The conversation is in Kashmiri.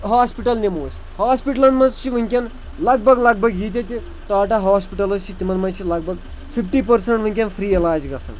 ہاسپِٹل نِمو أسۍ ہاسپِٹلَن منٛز چھِ وٕنۍکٮ۪ن لگ بگ لگ بگ ییٖتیٛاہ تہِ ٹاٹا ہاسپِٹَلٕز چھِ تِمَن منٛز چھِ لگ بگ فِفٹی پٔرسَنٛٹ وٕنۍکٮ۪ن فرٛی علاج گژھان